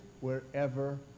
wherever